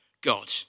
God